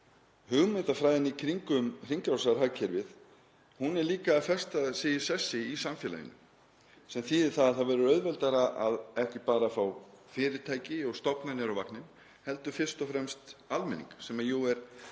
Hugmyndafræðin í kringum hringrásarhagkerfið er líka að festa sig í sessi í samfélaginu sem þýðir að það verður auðveldara að ekki bara fá fyrirtæki og stofnanir á vagninn heldur fyrst og fremst almenning, sem er jú